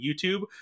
YouTube